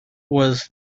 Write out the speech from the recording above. was